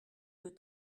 deux